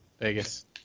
Vegas